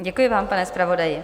Děkuji vám, pane zpravodaji.